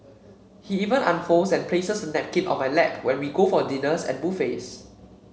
he even unfolds and places the napkin on my lap when we go for dinners and buffets